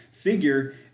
figure